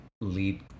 lead